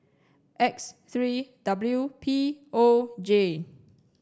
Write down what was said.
X three W P O J